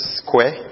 square